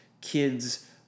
kids